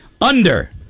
under-